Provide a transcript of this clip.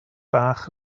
bach